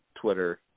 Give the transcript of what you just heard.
Twitter